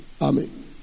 Amen